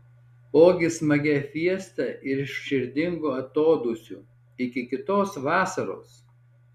ogi smagia fiesta ir širdingu atodūsiu iki kitos vasaros